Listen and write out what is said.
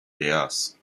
theirs